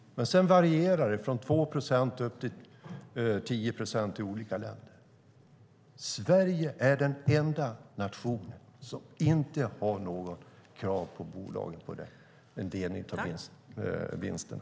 Sedan varierar det i olika länder, från 2 procent upp till 10 procent. Sverige är den enda nationen som inte har några krav på bolagen vad gäller delning av vinsterna.